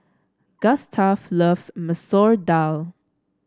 Gustaf loves Masoor Dal